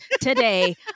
today